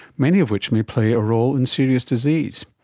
many of which may play a role in serious disease.